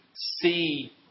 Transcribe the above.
see